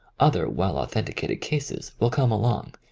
other well-authenticated cases will come along.